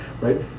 right